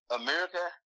America